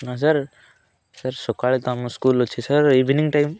ନା sir sir ସକାଳେ ତ ଆମ ସ୍କୁଲ ଅଛି ସାର୍ ଇଭିନିଙ୍ଗ ଟାଇମ